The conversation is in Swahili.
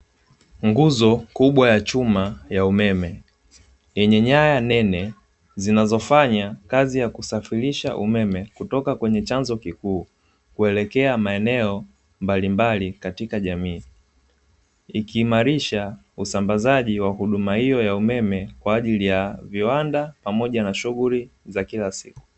Nguzo kubwa ya chuma ya umeme yenye nyaya nene zinazofanya kazi ya kusafirisha umeme kutoka kwenye chanzo kikuu kuelekea maeneo mbalimbali katika jamii, ikiimarisha usambazaji wa huduma hiyo ya umeme kwa ajili ya viwanda pamoja na shughuli za kila siku.